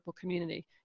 community